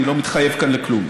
אני לא מתחייב כאן לכלום.